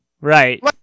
right